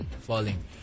falling